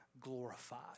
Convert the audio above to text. glorified